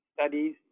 studies